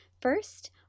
First